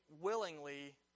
willingly